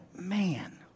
man